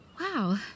Wow